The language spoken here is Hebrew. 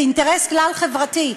זה אינטרס כלל-חברתי.